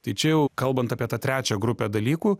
tai čia jau kalbant apie tą trečią grupę dalykų